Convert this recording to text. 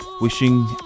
wishing